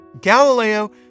Galileo